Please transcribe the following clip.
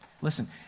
Listen